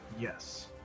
Yes